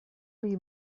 leave